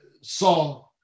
saw